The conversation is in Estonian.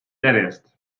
järjest